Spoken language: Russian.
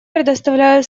предоставляю